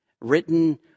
Written